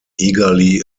eagerly